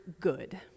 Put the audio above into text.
good